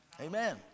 Amen